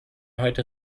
heute